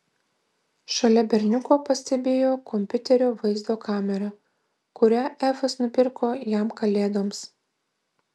šalia berniuko pastebėjo kompiuterio vaizdo kamerą kurią efas nupirko jam kalėdoms